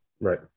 Right